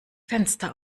fenster